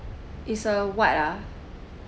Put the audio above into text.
is a what ah